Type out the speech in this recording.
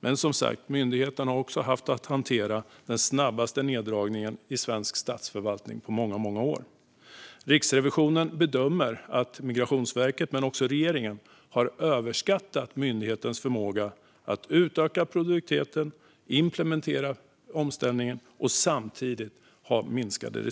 Men som sagt har myndigheten haft att hantera den snabbaste neddragningen i svensk statsförvaltning på många år. Riksrevisionen bedömer att Migrationsverket men också regeringen har överskattat myndighetens förmåga att öka produktiviteten och implementera omställningen samtidigt som resurserna minskat.